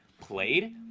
played